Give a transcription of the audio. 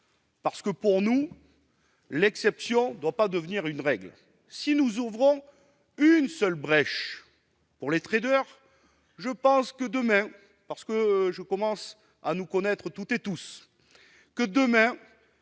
! Enfin, pour nous, l'exception ne doit pas devenir la règle. Si nous ouvrons une seule brèche pour les traders, je pense que, demain- je commence à nous connaître toutes et tous -seront